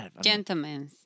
Gentlemen